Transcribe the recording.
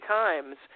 times